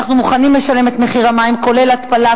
אנחנו מוכנים לשלם את מחיר המים כולל התפלה,